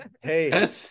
Hey